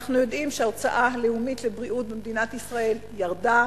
אנחנו יודעים שההוצאה הלאומית על בריאות במדינת ישראל ירדה,